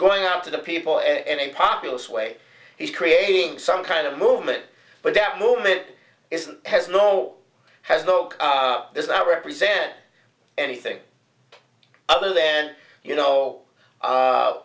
going out to the people and a populous way he's creating some kind of movement but that movement isn't has no has though this i represent anything other than you know